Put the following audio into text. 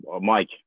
Mike